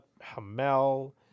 Hamel